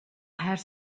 хайр